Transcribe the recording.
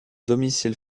domicile